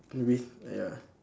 with ya